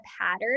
pattern